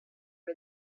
are